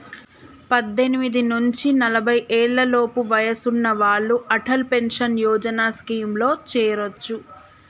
పద్దెనిమిది నుంచి నలభై ఏళ్లలోపు వయసున్న వాళ్ళు అటల్ పెన్షన్ యోజన స్కీమ్లో చేరొచ్చు